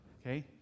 Okay